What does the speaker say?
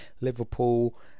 Liverpool